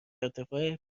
ارتفاع